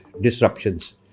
disruptions